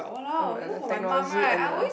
technology and the